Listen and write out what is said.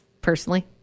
personally